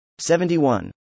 71